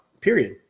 period